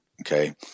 okay